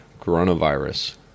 Coronavirus